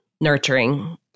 nurturing